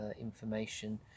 information